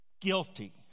guilty